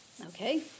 Okay